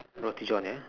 roti john ya